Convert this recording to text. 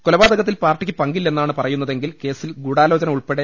കൊലപാതകത്തിൽ പാർട്ടിയ്ക്ക് പങ്കില്ലെന്നാണ് പറയുന്നതെ ങ്കിൽ കേസിൽ ഗൂഢാലോചന ഉൾപ്പെടെ സി